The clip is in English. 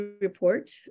report